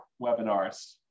webinars